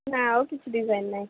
ନା ଆଉ କିଛି ଡିଜାଇନ୍ ନାହିଁ